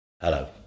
Hello